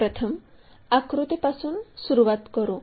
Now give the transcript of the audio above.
प्रथम आकृतीपासून सुरूवात करू